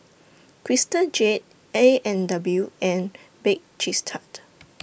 Crystal Jade A and W and Bake Cheese Tart